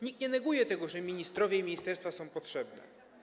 Nikt nie neguje tego, że ministrowie i ministerstwa są potrzebne.